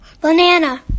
Banana